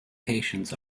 patients